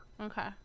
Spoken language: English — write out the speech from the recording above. Okay